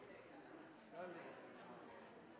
det